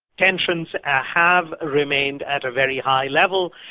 tensions have remained at a very high level,